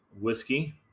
Whiskey